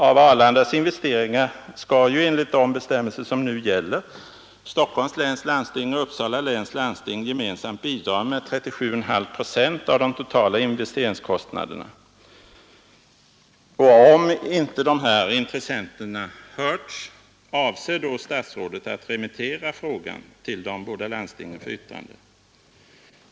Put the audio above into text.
Av Arlandas investeringar skall ju enligt de bestämmelser som nu gäller Stockholms läns landsting och Uppsala läns landsting gemensamt bidra med 37,5 procent av de totala investeringskostnaderna. Om inte de intressenterna hörts, avser då statsrådet att remittera frågan till de båda landstingen för yttrande?